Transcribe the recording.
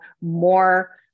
more